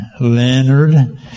Leonard